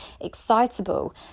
excitable